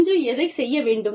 இன்று எதைச் செய்ய வேண்டும்